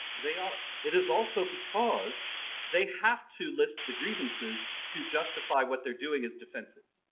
they are it is also because they have to list the grievances to justify what they're doing is defensive.